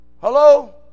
hello